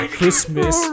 Christmas